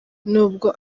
nubwo